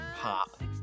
pop